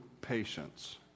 patience